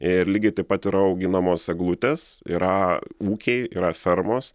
ir lygiai taip pat yra auginamos eglutės yra ūkiai yra fermos